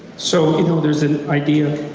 so you know there's an idea,